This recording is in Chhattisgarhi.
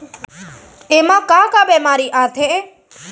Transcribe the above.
एमा का का बेमारी आथे?